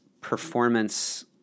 performance